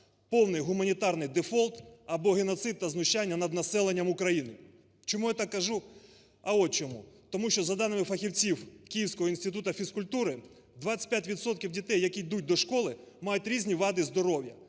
повний гуманітарний дефолт або геноцид та знущання над населенням України. Чому я так кажу? А от чому: тому що за даними фахівців Київського інституту фізкультури 25 відсотків дітей, які йдуть до школи, мають різні вади здоров'я,